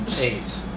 Eight